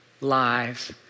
lives